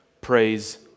Praise